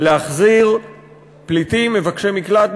להחזיר פליטים מבקשי מקלט,